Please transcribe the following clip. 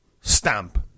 Stamp